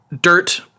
dirt